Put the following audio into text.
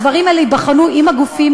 הדברים האלה ייבחנו עם הגופים,